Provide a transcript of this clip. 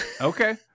okay